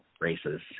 races